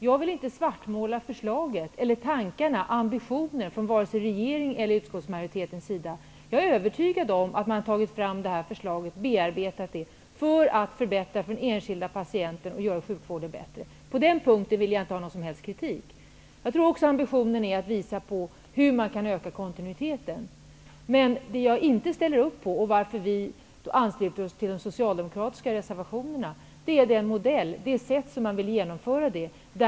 Jag vill inte svartmåla förslaget, tankarna eller ambitionen från vare sig regeringens eller utskottsmajoritetens sida. Jag är övertygad om att man har tagit fram förslaget och bearbetat det för att förbättra för den enskilde patienten och göra sjukvården bättre. På den punkten vill jag inte rikta någon som helst kritik. Jag tror också att ambitionen är att visa hur man kan öka kontinuiteten. Det som jag inte ställer upp på och som gör att vi ansluter oss till de socialdemokratiska reservationerna, är det sätt som man vill genomföra detta på.